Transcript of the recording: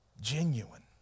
genuine